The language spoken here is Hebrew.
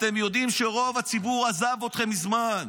אתם יודעים שרוב הציבור עזב אתכם מזמן.